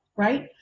Right